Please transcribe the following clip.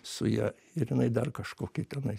su ja ir jinai dar kažkokį tenai